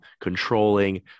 controlling